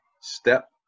step